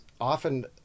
often